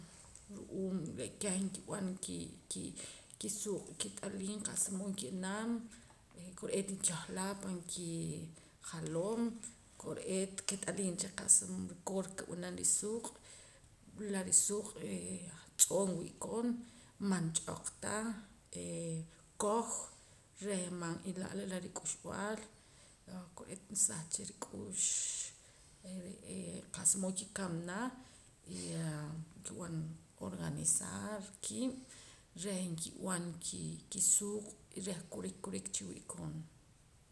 Ru'uum re' keh nkib'an kii kisuuq' kit'aliim qa'sa mood nki'nan kore'eet nkehlaa pan kijaloom kore'eet kit'aliim cha qa'sa rukoor nkib'anam risuuq' la risuuq' tz'oo' nwi'koon man ch'oq ta ee koj reh man n'ila'la la rik'uxb'aal kore'eet nsah cha rik'ux re'ee qa'sa mood ki'kamana y em nkib'an organizar kiib' reh nkib'an kisuuq' reh kurik kurik chiwii' koon